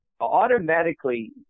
Automatically